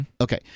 Okay